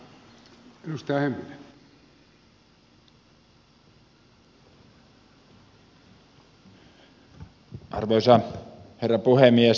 arvoisa herra puhemies